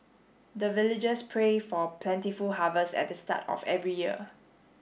the villagers pray for plentiful harvest at the start of every year